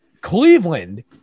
Cleveland